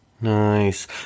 Nice